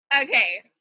Okay